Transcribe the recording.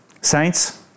Saints